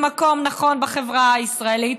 למקום נכון בחברה הישראלית,